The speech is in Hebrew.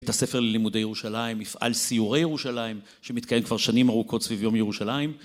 בית הספר ללימודי ירושלים, מפעל סיורי ירושלים שמתקיים כבר שנים ארוכות סביב יום ירושלים